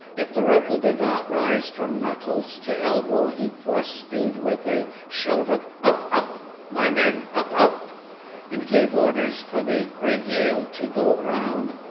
if the ripple did not rise from knuckles to elbows, he forced speed with a shout of up-up, my men! up-up and gave orders for the regale to go round,